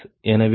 எனவே λ46